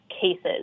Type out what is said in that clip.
Cases